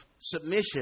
submission